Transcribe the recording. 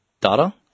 data